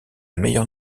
meilleure